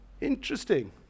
Interesting